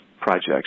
projects